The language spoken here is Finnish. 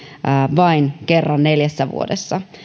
vain kerran neljässä vuodessa